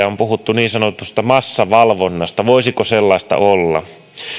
on puhuttu niin sanotusta massavalvonnasta voisiko sellaista olla